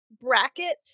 bracket